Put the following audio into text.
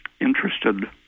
interested